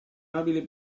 abile